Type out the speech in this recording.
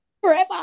Forever